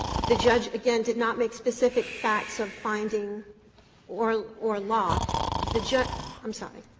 the judge again did not make specific facts of finding or or loss. the judge i'm sorry.